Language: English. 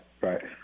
right